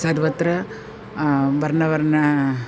सर्वत्र वर्णवर्णाः